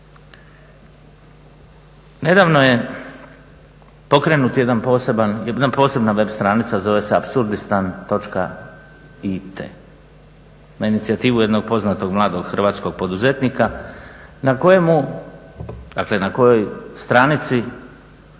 Nedavno je pokrenut jedna posebna web stranica, zove se apsurdistan.it na inicijativu jednog poznatog mladog hrvatskog poduzetnika na kojoj stranici